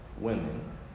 women